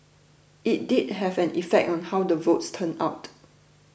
it did have an effect on how the votes turned out